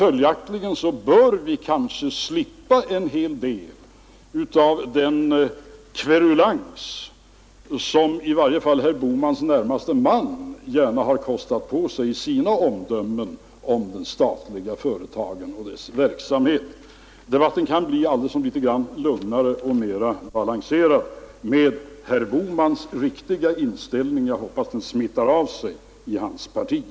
Följaktligen bör vi slippa en hel del av den kverulans som i varje fall herr Bohmans närmaste man gärna kostat på sig i sina omdömen om de statliga företagen och deras verksamhet. Debatten kan bli litet lugnare och mera balanserad med herr Bohmans riktiga inställning; jag hoppas den smittar av sig i hans parti.